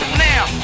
now